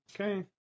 Okay